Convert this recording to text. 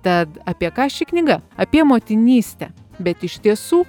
tad apie ką ši knyga apie motinystę bet iš tiesų